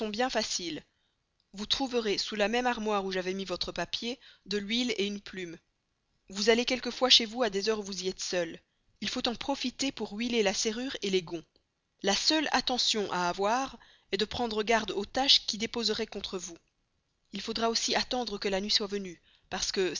faciles vous trouverez sous la même armoire où j'avais mis votre papier de l'huile une plume vous allez quelquefois chez vous à des heures où vous y êtes seule il faut en profiter pour huiler la serrure les gonds la seule attention que vous ayez à avoir est de prendre garde aux taches qui déposeraient contre vous il faudra aussi attendre que la nuit soit venue parce que